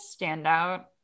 standout